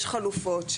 יש חלופות,